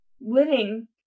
living